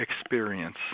experience